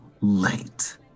late